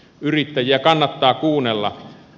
yrittäjiä kannattaa kuunnella